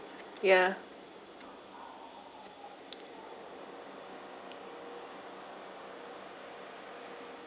ya